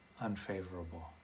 unfavorable